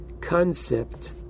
concept